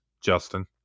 Justin